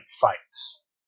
fights